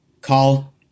call